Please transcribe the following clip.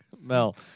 Mel